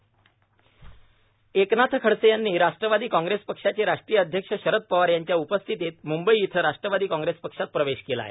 एकनाथ खडसे पक्षप्रवेश एकनाथ खडसे यांनी राष्ट्रवादी काँग्रेस पक्षाचे राष्ट्रीय अध्यक्ष शरद पवार यांच्या उपस्थितीत मंबई येथे राष्ट्रवादी काँग्रेस पक्षात प्रवेश केला आहे